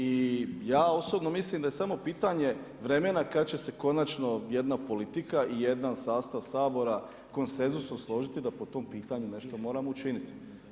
I ja osobno mislim da je samo pitanje vremena kada će se konačno jedna politika i jedan sastav Sabora konsenzusom složiti da po tom pitanju nešto moramo učiniti.